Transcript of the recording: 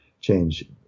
change